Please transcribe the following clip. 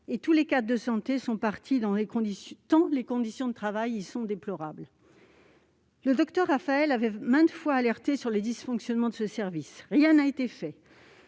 et tous les cadres de santé sont partis, tant les conditions de travail y sont déplorables. Le docteur Raphael avait maintes fois alerté sur les dysfonctionnements de ce service. Rien n'a été fait